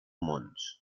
mons